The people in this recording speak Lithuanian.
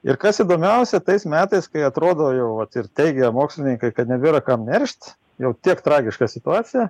ir kas įdomiausia tais metais kai atrodo jau vat ir teigia mokslininkai kad nebėra kam neršt jau tiek tragiška situacija